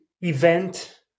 event